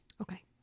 Okay